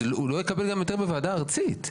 אז הוא לא יקל גם היתר בוועדה הארצית.